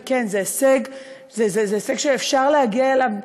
וכן, זה הישג שאפשר להגיע אליו.